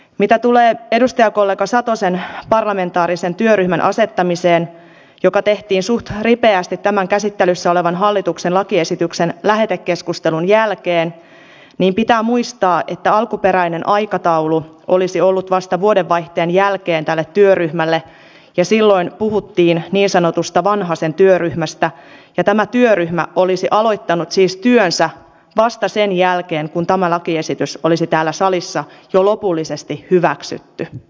mitä tulee edustajakollega satosen parlamentaarisen työryhmän asettamiseen joka tehtiin suht ripeästi tämän käsittelyssä olevan hallituksen lakiesityksen lähetekeskustelun jälkeen niin pitää muistaa että alkuperäinen aikataulu olisi ollut vasta vuodenvaihteen jälkeen tälle työryhmälle ja silloin puhuttiin niin sanotusta vanhasen työryhmästä ja tämä työryhmä olisi aloittanut siis työnsä vasta sen jälkeen kun tämä lakiesitys olisi täällä salissa jo lopullisesti hyväksytty